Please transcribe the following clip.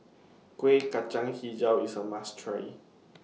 Kueh Kacang Hijau IS A must Try